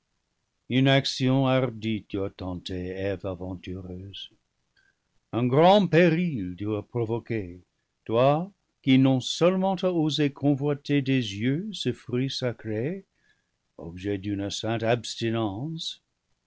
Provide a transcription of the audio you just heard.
une action hardie tu as tentée eve aventureuse un grand péril tu as provoqué toi qui non-seulement as osé convoiter des yeux ce fruit sacré objet d'une sainte abstinence